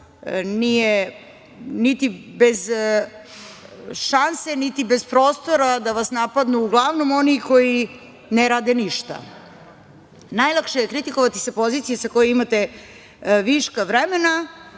nije niti bez šanse, niti bez prostora da vas napadnu, uglavnom onih koji ne rade ništa. Najlakše je kritikovati sa pozicije sa koje imate viška vremena